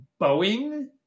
Boeing